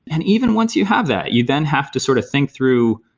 and even once you have that, you then have to sort of think through,